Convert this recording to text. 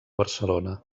barcelona